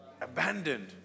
abandoned